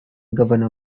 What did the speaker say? governor